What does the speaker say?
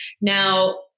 Now